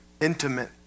intimate